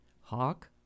hawk